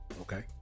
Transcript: Okay